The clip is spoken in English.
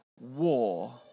war